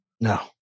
no